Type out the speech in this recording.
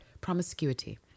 Promiscuity